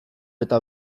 eta